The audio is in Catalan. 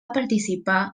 participar